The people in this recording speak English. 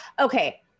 Okay